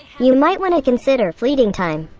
you might want to consider fleeting time.